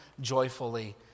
joyfully